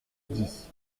dix